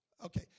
Okay